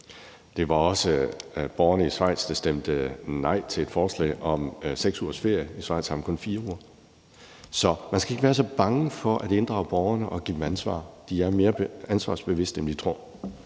Det var også borgerne i Schweiz, der stemte nej til et forslag om 6 ugers ferie; i Schweiz har man kun 4 uger. Så man skal ikke være så bange for at inddrage borgerne og give dem ansvar. De er mere ansvarsbevidste, end vi tror.